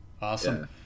awesome